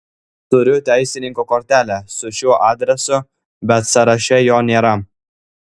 turiu teisininko kortelę su šiuo adresu bet sąraše jo nėra